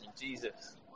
Jesus